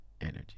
energy